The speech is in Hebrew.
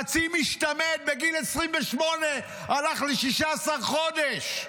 חצי משתמט, בגיל 28 הוא הלך ל-16 חודש,